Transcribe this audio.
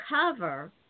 cover